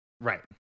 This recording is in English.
Right